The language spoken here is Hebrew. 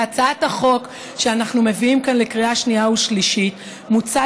בהצעת החוק שאנו מביאים כאן לקריאה שנייה ושלישית מוצע